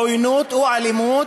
עוינות או אלימות,